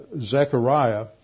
Zechariah